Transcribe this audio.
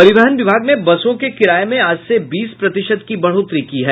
परिवहन विभाग ने बसों के किराये में आज से बीस प्रतिशत की बढ़ोतरी की है